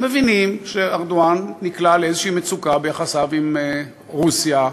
מבינים שארדואן נקלע לאיזושהי מצוקה ביחסיו עם רוסיה.